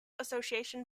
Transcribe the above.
association